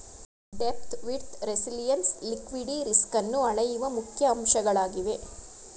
depth, width, resilience liquidity ರಿಸ್ಕನ್ನು ಅಳೆಯುವ ಮುಖ್ಯ ಅಂಶಗಳಾಗಿವೆ